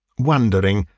wondering,